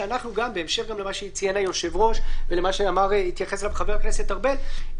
בהמשך גם למה שציין היושב-ראש ולמה שהתייחס אליו חבר הכנסת ארבל,